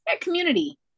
community